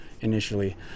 initially